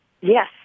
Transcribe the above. Yes